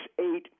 eight